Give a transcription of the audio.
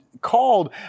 called